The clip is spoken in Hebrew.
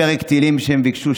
פרק התהילים שהם ביקשו,